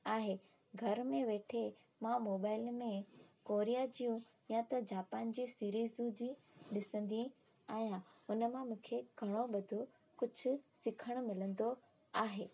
आहे घर में वेठे मां मोबाइल में कोरिया जूं या त जापान जी सीरीज़ू ॾिसंदी आहियां उन मां मूंखे घणो ॿधो कुझु सिखणु मिलंदो आहे